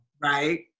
Right